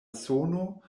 sono